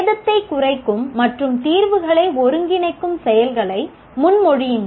சேதத்தை குறைக்கும் மற்றும் தீர்வுகளை ஒருங்கிணைக்கும் செயல்களை முன்மொழியுங்கள்